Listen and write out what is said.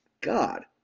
God